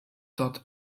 dort